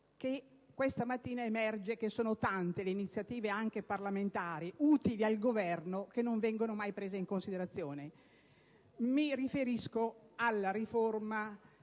che questa mattina risultano essere tante le iniziative, anche parlamentari, utili al Governo che non vengono mai prese in considerazione. Mi riferisco alla proposta